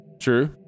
True